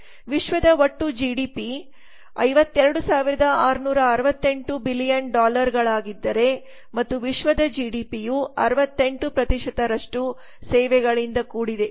ವಿಶ್ವದ ಒಟ್ಟು GDP 52668 billion ಡಾಲರಳಾಗಿದ್ದರೆ ಮತ್ತು ವಿಶ್ವದ ಜಿಡಿಪಿಯ 68 ರಷ್ಟು ಸೇವೆಗಳಿಂದ ಕೂಡಿದೆ